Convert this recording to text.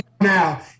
now